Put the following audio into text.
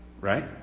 Right